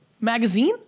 magazine